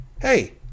hey